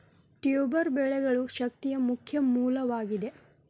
tuber ಬೆಳೆಗಳು ಶಕ್ತಿಯ ಮುಖ್ಯ ಮೂಲವಾಗಿದೆ